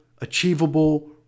achievable